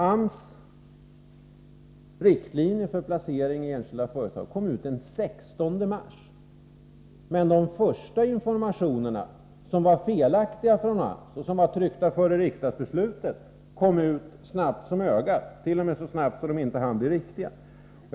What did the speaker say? AMS riktlinjer för placering i enskilda företag kom ut den 16 mars, men de första informationerna från AMS — som var felaktiga och som var tryckta innan riksdagsbeslutet fattades — kom ut mycket snabbt, t.o.m. så snabbt att de alltså inte hann bli riktiga.